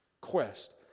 Quest